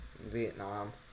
Vietnam